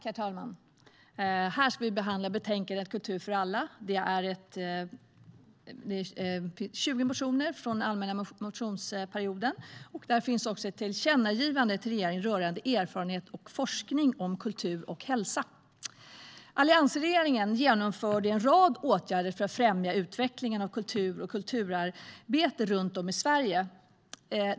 Herr talman! Nu ska vi behandla betänkandet Kultur för alla , där 20 motioner från allmänna motionstiden behandlas. Där finns också ett tillkännagivande till regeringen rörande erfarenhet och forskning om kultur och hälsa. Alliansregeringen vidtog en rad åtgärder för att främja utvecklingen av kultur och kulturarbete runt om i Sverige.